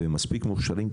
והם מספיק מוכשרים,